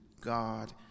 God